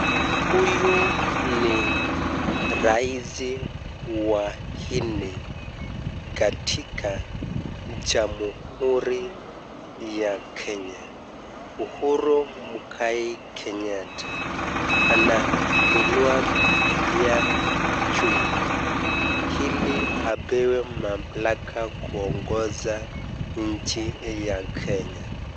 Huyu ni raisi wa nne katika jamhuri ya Kenya, Uhuru Muigai Kenyatta. Anainua biblia juu ili apewe mamlaka kuongoza nchi ya Kenya.